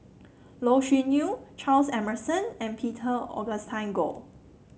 Loh Sin Yun Charles Emmerson and Peter Augustine Goh